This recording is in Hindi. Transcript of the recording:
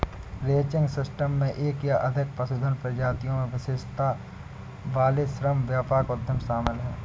रैंचिंग सिस्टम में एक या अधिक पशुधन प्रजातियों में विशेषज्ञता वाले श्रम व्यापक उद्यम शामिल हैं